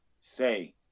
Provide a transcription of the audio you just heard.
say